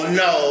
no